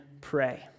pray